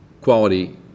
quality